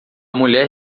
mulher